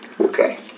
Okay